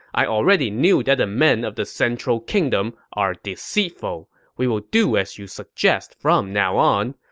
i already knew that the men of the central kingdom are deceitful. we will do as you suggest from now on.